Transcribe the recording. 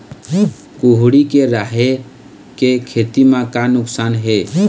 कुहड़ी के राहेर के खेती म का नुकसान हे?